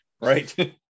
Right